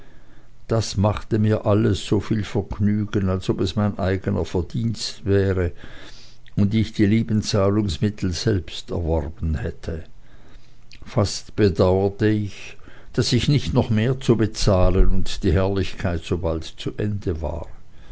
das machte mir alles so viel vergnügen als ob es mein eigenes verdienst wäre und ich die lieben zahlungsmittel selbst erworben hätte fast bedauerte ich daß nicht noch mehr zu bezahlen und die herrlichkeit so bald zu ende war